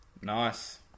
Nice